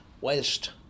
whilst